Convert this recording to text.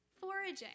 Foraging